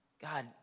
God